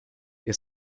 ihr